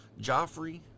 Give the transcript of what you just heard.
Joffrey